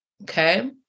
Okay